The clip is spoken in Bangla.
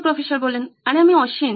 প্রফেসর 2 আরে আমি অশ্বিন